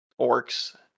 orcs